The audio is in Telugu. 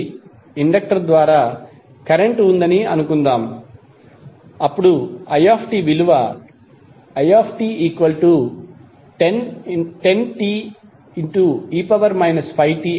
1 H ఇండక్టర్ ద్వారా కరెంట్ ఉందని అనుకుందాం it10te 5t A